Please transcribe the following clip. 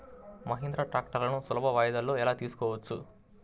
మహీంద్రా ట్రాక్టర్లను సులభ వాయిదాలలో ఎలా తీసుకోవచ్చు?